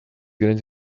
grandes